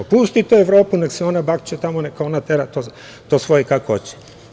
Pustite Evropu neka se ona bakće tamo, neka ona to tera kako hoće.